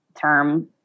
term